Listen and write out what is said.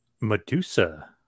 medusa